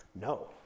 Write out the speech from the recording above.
no